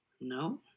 No